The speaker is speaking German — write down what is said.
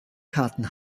karten